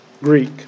Greek